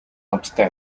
хамтдаа